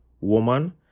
woman